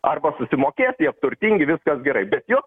arba susimokės jie turtingi viskas gerai bet joks